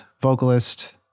vocalist